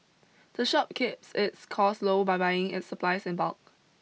the shop keeps its costs low by buying its supplies in bulk